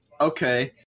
Okay